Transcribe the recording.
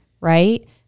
right